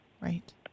Right